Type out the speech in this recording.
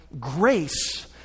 grace